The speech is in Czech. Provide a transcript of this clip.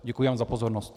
Děkuji vám za pozornost.